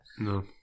No